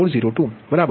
3 1